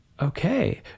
Okay